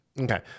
okay